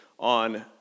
on